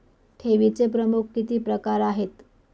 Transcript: ठेवीचे प्रमुख किती प्रकार आहेत?